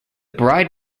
bride